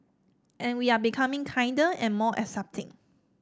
and we are becoming kinder and more accepting